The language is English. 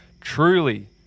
Truly